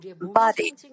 body